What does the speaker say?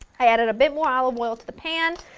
i added a bit more olive oil to the pan,